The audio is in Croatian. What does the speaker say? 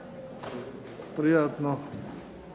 Prijatno.